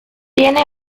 tiene